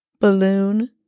balloon